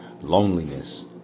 loneliness